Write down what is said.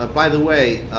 ah by the way,